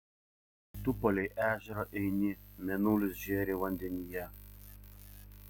tu palei ežerą eini mėnulis žėri vandenyje